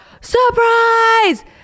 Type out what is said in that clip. Surprise